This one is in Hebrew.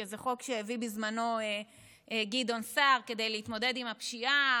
שזה חוק שהביא בזמנו גדעון סער כדי להתמודד עם הפשיעה,